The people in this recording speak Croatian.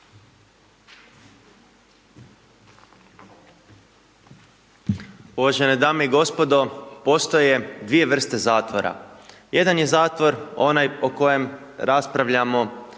Uvažene dame i gospodo postoje dvije vrste zatvora. Jedan je zatvor onaj o kojem raspravljamo